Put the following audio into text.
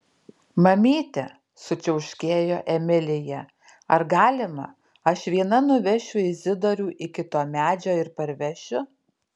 mamyte sučiauškėjo emilija ar galima aš viena nuvešiu izidorių iki to medžio ir parvešiu